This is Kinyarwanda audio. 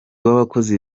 w’abakozi